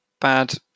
bad